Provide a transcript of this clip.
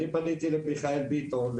פניתי למיכאל ביטון,